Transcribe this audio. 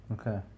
Okay